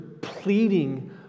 pleading